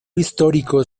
histórico